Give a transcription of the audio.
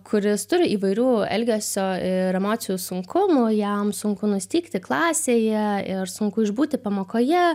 kuris turi įvairių elgesio ir emocijų sunkumų jam sunku nustygti klasėje ir sunku išbūti pamokoje